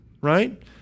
right